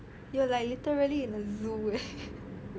you like literally in the zoo leh